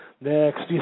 Next